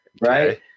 right